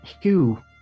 Hugh